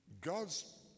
God's